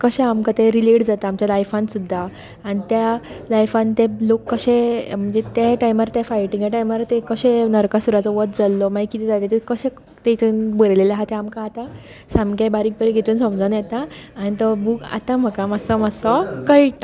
कशें आमकां ते रिलेट जाता आमच्या लायफान सुद्दां आनी त्या लायफान ते लोक कशें म्हणजे ते टायमार ते फायटिंगा टायमार ते कशें नरकासूराचो वध जाल्लो मागीर कितें जाले तातूंत बरयल्ले आसा ते आमकां आतां सामकें बारीक बारीक हातून समजून येता आनी तो बूक आतां म्हाका मातसो मातसो कळटा